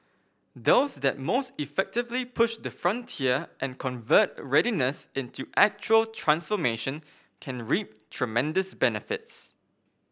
those that most effectively push the frontier and convert readiness into actual transformation can reap tremendous benefits